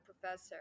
professor